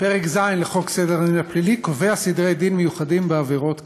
פרק ז' לחוק סדר הדין הפלילי קובע סדרי דין מיוחדים בעבירות קנס.